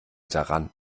daran